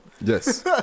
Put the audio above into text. yes